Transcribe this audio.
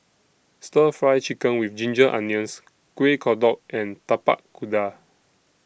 Stir Fry Chicken with Ginger Onions Kuih Kodok and Tapak Kuda